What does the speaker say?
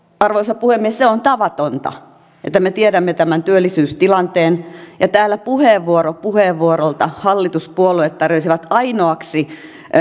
arvoisa puhemies tavatonta että me tiedämme tämän työllisyystilanteen ja täällä puheenvuoro puheenvuorolta hallituspuolueet tarjoaisivat ainoaksi